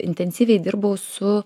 intensyviai dirbau su